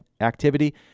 activity